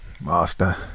Master